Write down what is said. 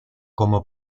como